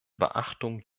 beachtung